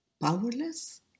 Powerless